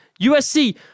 USC